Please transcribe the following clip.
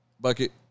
Bucket